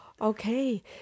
Okay